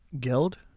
Guild